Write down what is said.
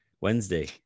Wednesday